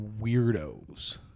weirdos